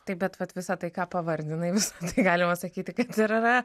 taip bet vat visą tai ką pavardinai visa tai galima sakyti kad ir yra